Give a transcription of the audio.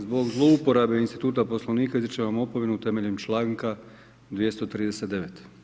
Zbog zlouporabe instituta Poslovnika izričem vam opomenu temeljem članka 239.